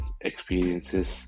experiences